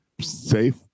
safe